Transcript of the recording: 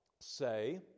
say